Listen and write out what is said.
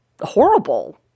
horrible